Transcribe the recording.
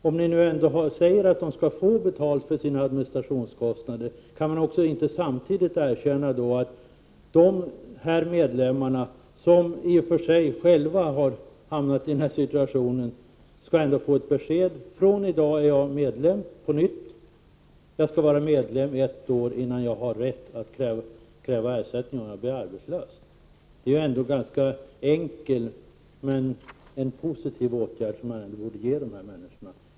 Om ni nu säger att arbetslöshetskassorna skall få betalt för sina administrationskostnader, kan ni inte samtidigt erkänna att den medlem som har hamnat i en sådan här situation skall få ett besked om att han fr.o.m. en viss dag är medlem på nytt och att han skall vara medlem under ett år, innan han har rätt att kräva ersättning, om han blir arbetslös? Det är en ganska enkel men en positiv åtgärd som man borde vidta för de här människorna.